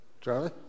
Charlie